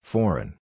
Foreign